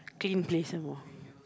clean place some more